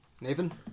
Nathan